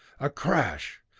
a crash,